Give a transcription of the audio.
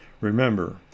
remember